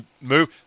move